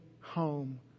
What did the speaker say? home